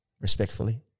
Respectfully